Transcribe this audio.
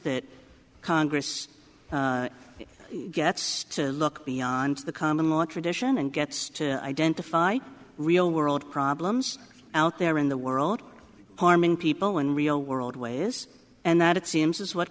that congress gets to look beyond the common law tradition and gets to identify real world problems out there in the world harming people in real world ways and that it seems as what